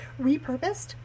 repurposed